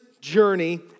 journey